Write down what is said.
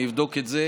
אני אבדוק את זה.